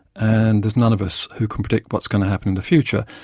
and there's none of us who can predict what's going to happen in the future.